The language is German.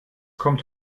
kommt